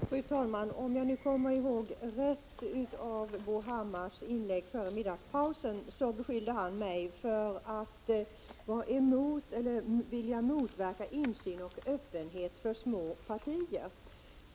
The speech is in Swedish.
Fru talman! Om jag nu kommer ihåg rätt från Bo Hammars inlägg före middagspausen så beskyllde han mig för att vara emot eller vilja motverka insyn och öppenhet för små partier.